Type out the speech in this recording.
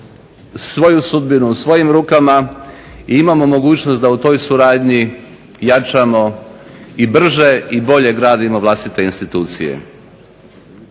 svoju sudbinu u svojim rukama i imamo mogućnost da u toj suradnji jačamo i brže i bolje gradimo vlastite institucije.